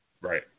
Right